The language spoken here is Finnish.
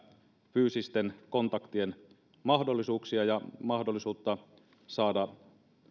fyysisten kontaktien mahdollisuuksia ja mahdollisuutta saada